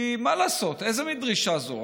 כי מה לעשות, איזה מין דרישה זו?